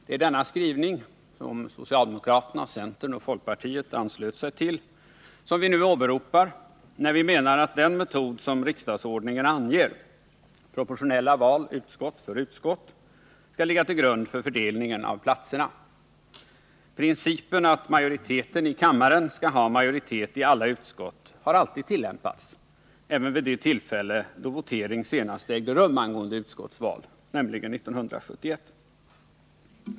Det är denna skrivning, som socialdemokraterna, centern och folkpartiet anslutit sig till, vi nu åberopar när vi menar, att den metod riksdagsordningen anger — proportionella val utskott för utskott — skall ligga till grund för fördelningen av platserna. Principen att majoriteten i kammaren skall ha majoritet i alla utskott har alltid tillämpats, även vid det tillfälle då votering senast ägde rum angående utskottsval, nämligen 1971.